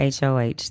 HOH